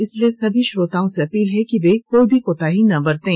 इसलिए सभी श्रोताओं से अपील है कि कोई भी कोताही ना बरतें